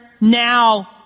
Now